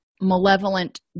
malevolent